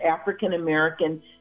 African-American